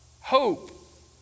hope